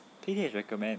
推荐 is recommend